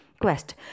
quest